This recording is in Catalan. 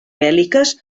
bèl·liques